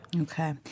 Okay